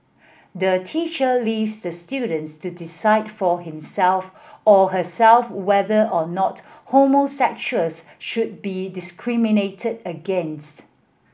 the teacher leaves the students to decide for himself or herself whether or not homosexuals should be discriminated against